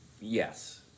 Yes